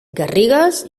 garrigues